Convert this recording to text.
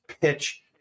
pitch